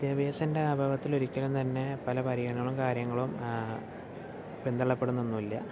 വിദ്യാഭ്യാസത്തിൻ്റെ അഭാവത്തിൽ ഒരിക്കലും തന്നെ പല പരിഗണനകളും കാര്യങ്ങളും പിന്തള്ളപ്പെടുന്നൊന്നുല്ല